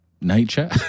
nature